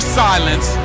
silence